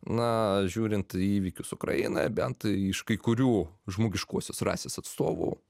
na žiūrint į įvykius ukrainoje bent iš kai kurių žmogiškosios rasės